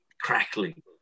crackling